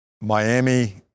Miami